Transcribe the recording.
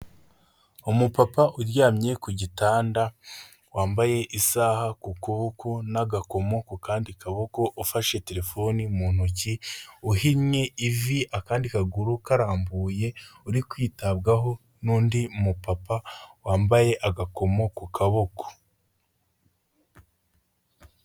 Umupapa uryamye ku gitanda wambaye isaha ku kuboko n'agakomo ku kandi kaboko ufashe telefoni mu ntoki, uhinnye ivi akandi kaguru karambuye, uri kwitabwaho n'undi mupapa wambaye agakomo ku kaboko.